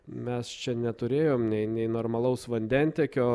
mes čia neturėjom nei normalaus vandentiekio